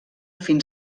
fins